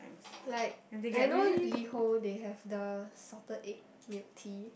like I know Liho they have the salted egg milk tea